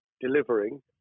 delivering